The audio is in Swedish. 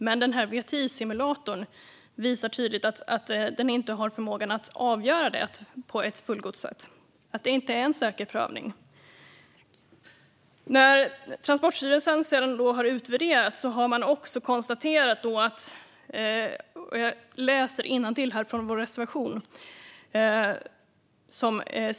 Men det är tydligt att VTI-simulatorn inte kan avgöra det och att det inte är en säker prövning.